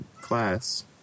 class